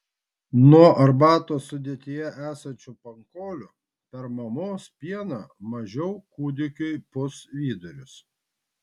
nuo arbatos sudėtyje esančių pankolių per mamos pieną mažiau kūdikiui pūs vidurius